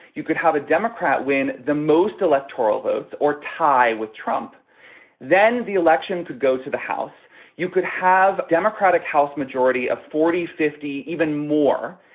you could have a democrat win the most electoral votes or tie with trump then the election could go to the house. you could have democratic house majority of forty fifty even more.